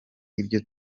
ibyo